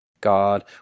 God